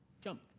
jump